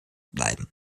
bleiben